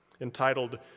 Entitled